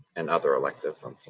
and other elective